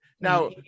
now